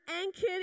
anchored